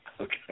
okay